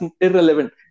irrelevant